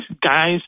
guys